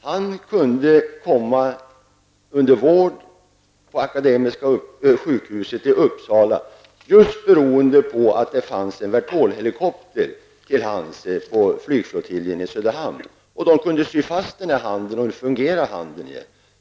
Han kunde snabbt komma under vård på Akademiska sjukhuset i Uppsala beroende på att det fanns en vertolhelikopter till hands på flygflotiljen i Söderhamn. Man kunde sy fast handen så att den fungerar i dag.